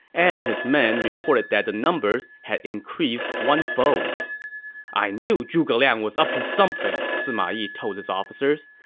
and his men reported that the numbers had increased one fold i knew zhuge liang was up to something, sima yi told his officers.